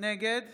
נגד